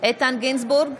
איתן גינזבורג,